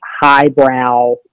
highbrow